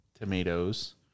Tomatoes